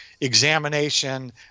examination